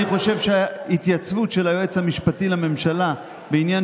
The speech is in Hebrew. אני חושב שהתייצבות של היועץ המשפטי לממשלה בעניין